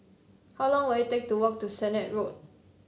how long will it take to walk to Sennett Road